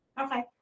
Okay